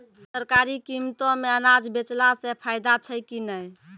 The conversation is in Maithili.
सरकारी कीमतों मे अनाज बेचला से फायदा छै कि नैय?